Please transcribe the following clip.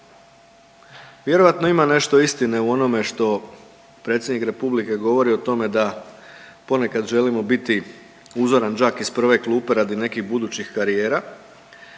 Vjerojatno ima nešto istine u onome što predsjednik republike govori o tome da ponekad želimo biti uzoran đak iz prve klupe radi nekih budućih karijera